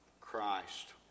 Christ